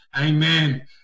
Amen